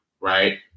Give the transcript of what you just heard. right